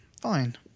Fine